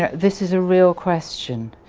yeah this is a real question,